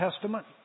Testament